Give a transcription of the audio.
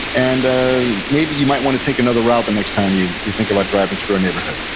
and ah maybe you might want to take another route the next time you you think about driving through a neighborhood.